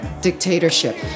dictatorship